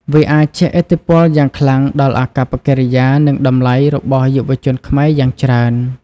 វាអាចជះឥទ្ធិពលយ៉ាងខ្លាំងដល់អាកប្បកិរិយា និងតម្លៃរបស់យុវជនខ្មែរយ៉ាងច្រើន។